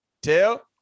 Tell